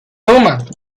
toman